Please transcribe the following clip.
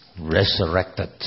resurrected